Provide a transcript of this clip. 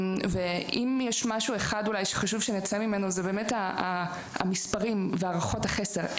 אם יש משהו אחד אולי שחשוב שנצא ממנו זה באמת המספרים והערכות החסר,